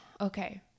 Okay